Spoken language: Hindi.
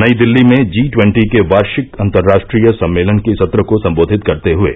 नई दिल्ली में जी ट्वन्टी के वार्षिक अंतर्राष्ट्रीय सम्मेलन के सत्र को संबोधित करते हए